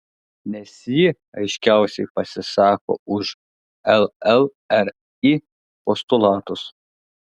nes ji aiškiausiai pasisako už llri postulatus